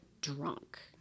drunk